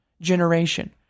generation